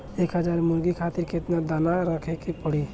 एक हज़ार मुर्गी खातिर केतना दाना रखे के पड़ी?